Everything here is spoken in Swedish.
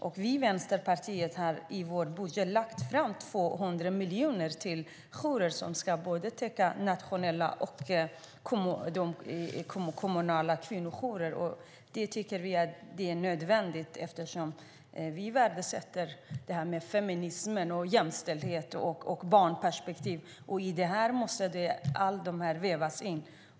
Vi i Vänsterpartiet har i vår budget lagt in 200 miljoner som ska täcka både nationella och kommunala kvinnojourer. Det tycker vi är nödvändigt eftersom vi värdesätter feminism, jämställdhet och barnperspektiv. I det här måste allt det vävas in.